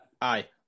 Aye